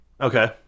Okay